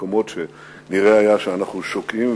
במקומות שנראה היה שאנחנו שוקעים,